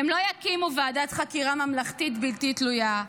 הם לא יקימו ועדת חקירה ממלכתית בלתי תלויה,